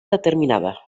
determinada